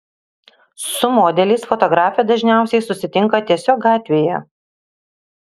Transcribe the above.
su modeliais fotografė dažniausiai susitinka tiesiog gatvėje